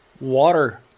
water